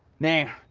now,